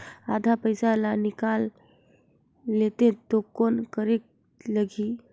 आधा पइसा ला निकाल रतें तो कौन करेके लगही?